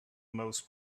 most